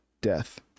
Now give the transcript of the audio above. death